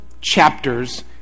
chapters